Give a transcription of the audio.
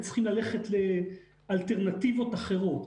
וצריכים ללכת לאלטרנטיבות אחרות,